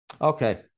okay